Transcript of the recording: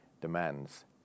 demands